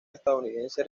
estadounidense